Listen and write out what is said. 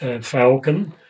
Falcon